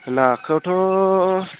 नाखौथ'